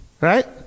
right